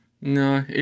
No